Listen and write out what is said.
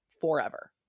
forever